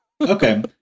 Okay